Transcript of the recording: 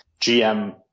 GM